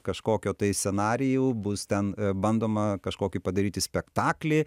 kažkokio tai scenarijų bus ten bandoma kažkokį padaryti spektaklį